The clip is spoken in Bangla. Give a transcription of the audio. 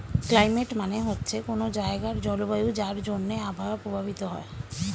ক্লাইমেট মানে হচ্ছে কোনো জায়গার জলবায়ু যার জন্যে আবহাওয়া প্রভাবিত হয়